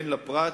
הן לפרט